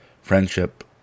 Friendship